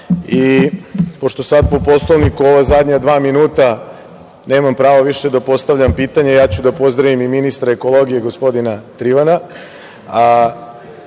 i pošto sad po Poslovniku ova zadnja dva minuta nemam pravo više da postavljam pitanje, ja ću da pozdravim i ministra ekologije, gospodina